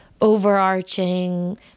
overarching